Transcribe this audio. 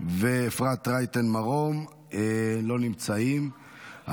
ואפרת רייטן מרום, לא נמצאים.